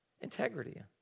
integrity